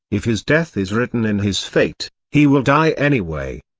if his death is written in his fate, he will die anyway.